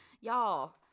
Y'all